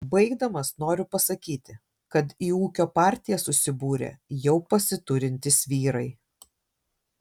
baigdamas noriu pasakyti kad į ūkio partiją susibūrė jau pasiturintys vyrai